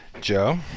Joe